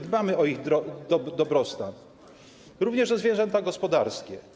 Dbamy o ich dobrostan, również o zwierzęta gospodarskie.